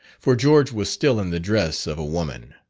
for george was still in the dress of a woman.